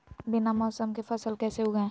बिना मौसम के फसल कैसे उगाएं?